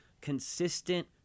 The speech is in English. consistent